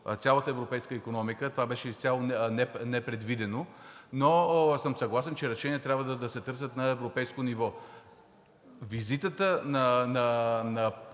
цялата европейска икономика, това беше изцяло непредвидено, но съм съгласен, че решения трябва да се търсят на европейско ниво. Визитата на